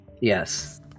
Yes